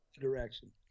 Direction